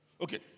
okay